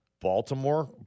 Baltimore